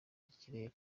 ry’ikirere